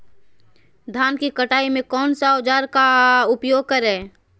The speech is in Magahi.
धान की कटाई में कौन सा औजार का उपयोग करे?